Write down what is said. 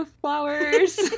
flowers